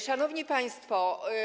Szanowni Państwo!